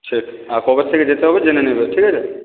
ঠিক আর কবে থেকে যেতে হবে জেনে নেবে ঠিক আছে